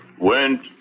went